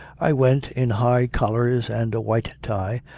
i went, in high collars and a white tie,